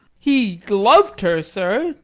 he lov'd her, sir,